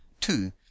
Two